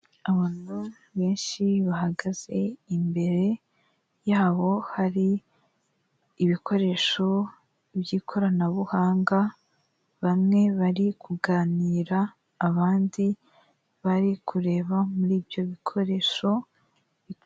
Abantu benshi bahagaze, imbere yabo hari ibikoresho by'ikoranabuhanga ,bamwe bari kuganira, abandi bari kureba muri ibyo bikoresho.